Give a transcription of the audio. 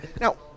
now